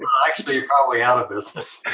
well, actually, you're probably out of business.